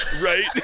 right